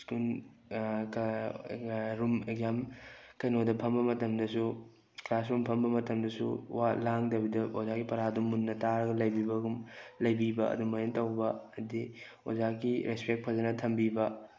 ꯁ꯭ꯀꯨꯟ room exam ꯀꯩꯅꯣꯗ ꯐꯝꯕ ꯃꯇꯝꯗꯁꯨ ꯀ꯭ꯂꯥꯁ ꯔꯨꯝꯗ ꯐꯝꯕ ꯃꯇꯝꯗꯁꯨ ꯋꯥ ꯂꯥꯡꯗꯕꯤꯗ ꯑꯣꯖꯥꯒꯤ ꯄꯔꯥꯗꯨ ꯃꯨꯟꯅ ꯇꯥꯔꯒ ꯂꯩꯕꯤꯕ ꯑꯗꯨꯃꯥꯏꯅ ꯇꯧꯕ ꯍꯥꯏꯗꯤ ꯑꯣꯖꯥꯒꯤ ꯔꯦꯁꯄꯦꯛ ꯐꯖꯅ ꯊꯝꯕꯤꯕ